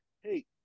hey